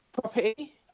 property